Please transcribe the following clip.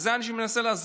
וזה מה שאני מנסה להסביר,